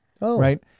right